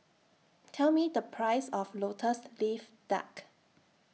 Tell Me The Price of Lotus Leaf Duck